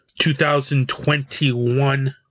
2021